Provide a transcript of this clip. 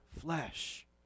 flesh